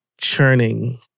churning